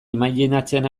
imajinatzen